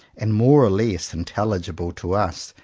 and more or less intelligible to us,